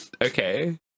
okay